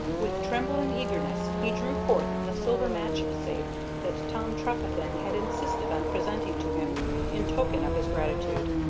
with trembling eagerness he drew forth the silver match-safe that tom trefethen had insisted on presenting to him in token of his gratitude.